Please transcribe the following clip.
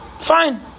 Fine